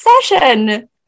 session